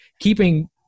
keeping